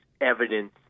evidence